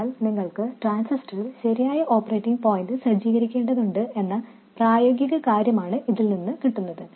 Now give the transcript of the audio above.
അതിനാൽ നിങ്ങൾക്ക് ട്രാൻസിസ്റ്ററിൽ ശരിയായ ഓപ്പറേറ്റിംഗ് പോയിന്റ് സജ്ജീകരിക്കേണ്ടതുണ്ട് എന്ന പ്രായോഗിക കാര്യമാണ് ഇതിൽ നിന്നു കിട്ടുന്നത്